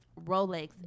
Rolex